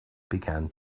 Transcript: began